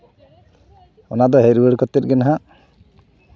ᱚᱱᱟ ᱫᱚ ᱦᱮᱡ ᱨᱩᱣᱟᱹᱲ ᱠᱟᱛᱮ ᱜᱮ ᱱᱟᱦᱟᱜ